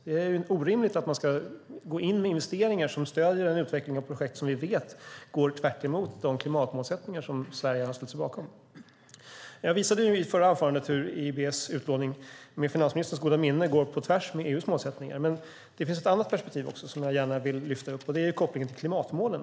Det är orimligt att man ska gå in med investeringar som stöder en utveckling av projekt som vi vet går tvärtemot de klimatmål som Sverige har ställt sig bakom. Jag visade i mitt förra anförande hur EIB:s utlåning, med finansministerns goda minne, går på tvärs mot EU:s mål. Men det finns ett annat perspektiv som jag gärna vill lyfta upp, nämligen kopplingen till klimatmålen.